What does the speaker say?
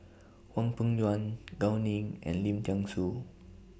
Hwang Peng Yuan Gao Ning and Lim Thean Soo